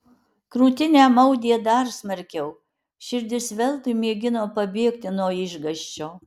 krūtinę maudė dar smarkiau širdis veltui mėgino pabėgti nuo išgąsčio